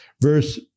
Verse